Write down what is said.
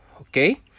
Okay